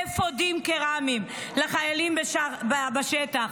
באפודים קרמיים לחיילים בשטח.